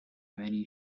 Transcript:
many